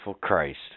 Christ